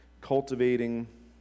cultivating